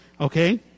okay